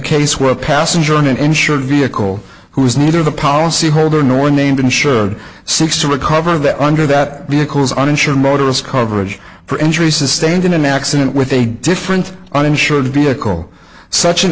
case where a passenger on an insured vehicle who is neither the policyholder nor named insured seeks to recover that under that vehicles uninsured motorist coverage for injuries sustained in an accident with a different uninsured vehicle such an